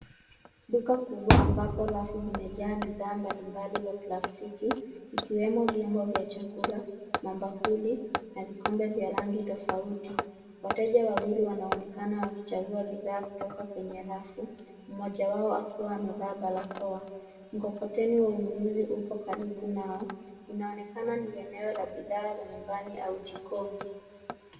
Duka kubwa ambapo rafu zimejaa bidhaa mbalimbali za plastiki ikiwemo vyombo vya chakula, mabakuli na vikombe vya rangi tofauti. Wateja wawili wanaonekana wakichagua bidhaa kutoka kwenye rafu, mojawao akiwa amevaa barakoa, mkokoteni wa ununuzi upo karibu nao. Inaonekana ni eneo la bidhaa za nyumbani au jikoni.